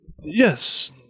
Yes